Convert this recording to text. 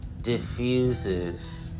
diffuses